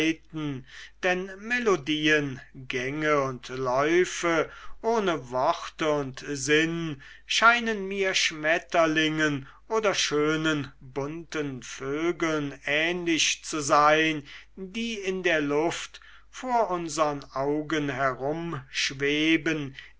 denn melodien gänge und läufe ohne worte und sinn scheinen mir schmetterlingen oder schönen bunten vögeln ähnlich zu sein die in der luft vor unsern augen herumschweben